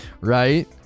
Right